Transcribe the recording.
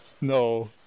No